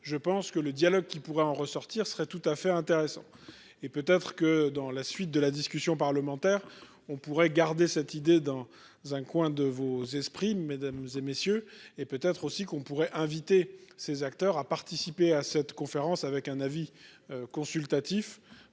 je pense que le dialogue qui pourrait en ressortir serait tout à fait intéressant et peut-être que dans la suite de la discussion parlementaire. On pourrait garder cette idée dans un coin de vos esprits mesdames et messieurs et aussi qu'on pourrait inviter ses acteurs à participer à cette conférence avec un avis consultatif.